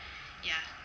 ya